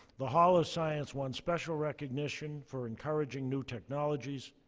the hall of science won special recognition for encouraging new technologies,